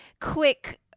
quick